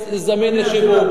יהיה לנו יותר מלאי זמין לשיווק,